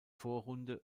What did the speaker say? vorrunde